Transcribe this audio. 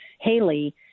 Haley